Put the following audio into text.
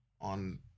on